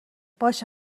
باشه